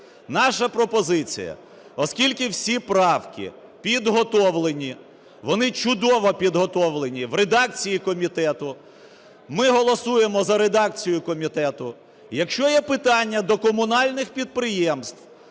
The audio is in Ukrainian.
Наша пропозиція. Оскільки всі правки підготовлені, вони чудово підготовлені в редакції комітету, ми голосуємо за редакцію комітету. Якщо є питання до комунальних підприємств,